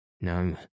No